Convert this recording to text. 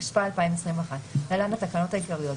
התשפ"א-2021 (להלן התקנות העיקריות),